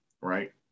right